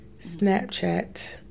Snapchat